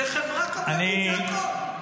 זאת חברה קבלנית, זה הכול.